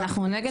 ואנחנו נגד,